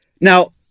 Now